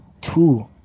two